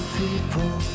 people